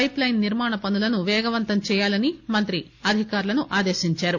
pipe line నిర్మాణ పనులను పేగవంతం చేయాలని మంత్రి అధికారులను ఆదేశించారు